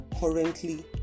currently